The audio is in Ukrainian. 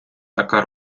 така